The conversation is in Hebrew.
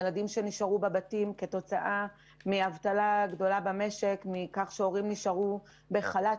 ילדים שנשארו בבתים כתוצאה מאבטלה גדולה במשק מכך שהורים נשארו בחל"ת.